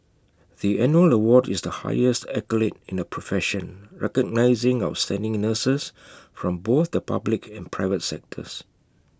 the annual award is the highest accolade in the profession recognising outstanding nurses from both the public and private sectors